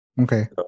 okay